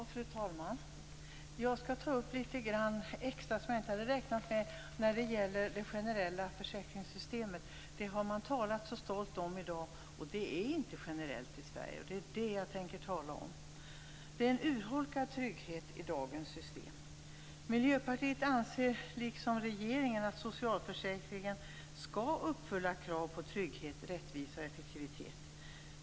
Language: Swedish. Fru talman! Jag skall ta upp litet grand extra som jag inte hade räknat med när det gäller det generella försäkringssystemet. Det har man talat så stolt om i dag, och det är inte generellt i Sverige. Det är det jag tänker tala om. Det är en urholkad trygghet i dagens system. Miljöpartiet anser liksom regeringen att socialförsäkringen skall uppfylla krav på trygghet, rättvisa och effektivitet.